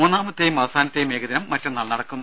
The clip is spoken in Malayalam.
മൂന്നാമത്തെയും അവസാനത്തെയും ഏകദിനം മറ്റന്നാൾ നടക്കും